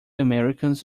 americans